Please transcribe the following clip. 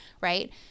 right